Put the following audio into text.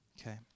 Okay